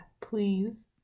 please